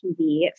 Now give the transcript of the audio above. TV